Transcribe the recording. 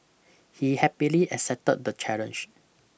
he happily accepted the challenge